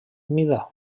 mida